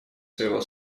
своего